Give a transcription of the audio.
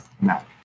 No